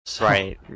right